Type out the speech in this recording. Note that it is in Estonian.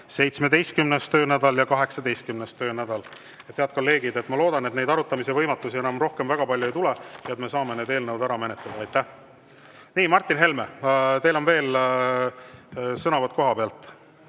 17. töönädalal ja 18. töönädalal. Head kolleegid, ma loodan, et neid arutamise võimatusi enam rohkem väga palju ei tule ja me saame need eelnõud ära menetleda. Martin Helme, teil on veel sõnavõtt kohapealt.